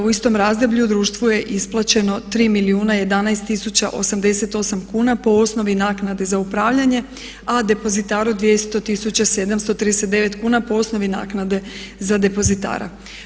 U istom razdoblju društvu je isplaćeno 3 milijuna 11 tisuća 88 kuna po osnovi naknade za upravljanje a depozitaru 200 739 kuna po osnovi naknade za depozitara.